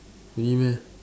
really meh